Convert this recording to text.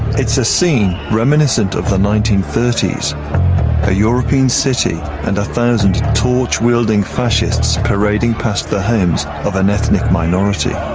it's a scene reminiscent of the nineteen thirty s a european city and one thousand torch-wielding fascists parading past the homes of an ethnic minority.